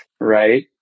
right